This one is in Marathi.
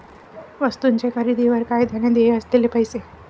वस्तूंच्या खरेदीवर कायद्याने देय असलेले पैसे